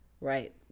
Right